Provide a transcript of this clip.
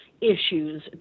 issues